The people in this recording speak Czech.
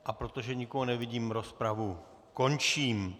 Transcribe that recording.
A protože nikoho nevidím, rozpravu končím.